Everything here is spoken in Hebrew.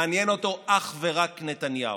מעניין אותו אך ורק נתניהו.